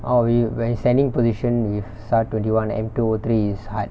oh we when standing position with S_A_R twenty one M two O three is hard